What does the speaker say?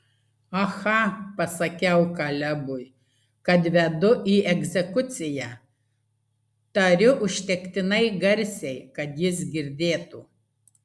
aha pasakiau kalebui kad vedu į egzekuciją tariu užtektinai garsiai kad jis girdėtų